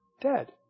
dead